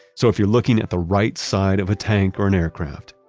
so if you're looking at the right side of a tank or an aircraft,